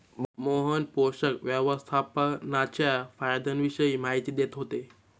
मोहन पोषक व्यवस्थापनाच्या फायद्यांविषयी माहिती देत होते